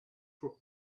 for